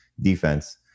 defense